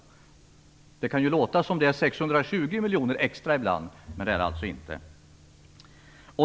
Ibland kan det ju låta som om det är 620 miljoner extra, men det är det alltså inte.